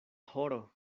horo